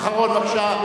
אחרון, בבקשה.